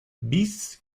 beasts